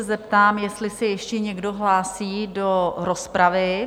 Zeptám se, jestli se ještě někdo hlásí do rozpravy?